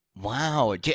wow